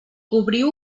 cobriu